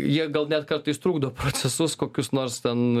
jie gal net kartais trukdo procesus kokius nors ten